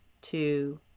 two